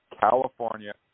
California